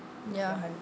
ya